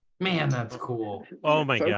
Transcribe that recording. man, that's cool. oh my yeah